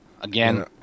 Again